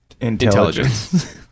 Intelligence